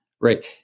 right